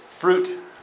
fruit